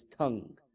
tongue